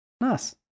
Nice